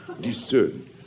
discern